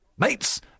Mates